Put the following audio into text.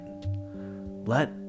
let